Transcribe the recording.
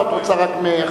או שאת רוצה רק מ-13:00?